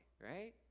right